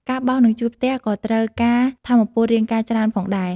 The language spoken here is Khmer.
ការបោស និងជូតផ្ទះក៏ត្រូវការថាមពលរាងកាយច្រើនផងដែរ។